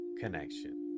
connection